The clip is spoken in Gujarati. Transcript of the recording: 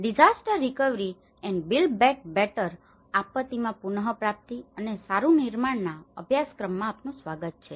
disaster recovery and build back better disaster recovery and build back betterઆપત્તિમાં પુનપ્રાપ્તિ અને સારું નિર્માણના અભ્યાસક્રમમાં આપનું સ્વાગત છે